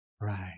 Right